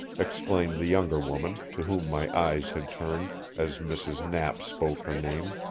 exclaimed the younger woman, to whom my eyes had turned as mrs. knapp spoke her name.